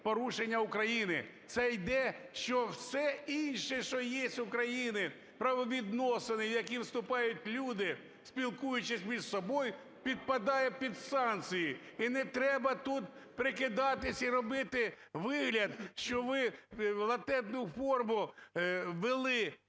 порушення України. Це йде, що все інше, що є в України, правовідносини, в які вступають люди, спілкуючись між собою, підпадають під санкції. І не треба тут прикидатися і робити вигляд, що ви в латентну форму ввели